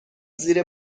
زیر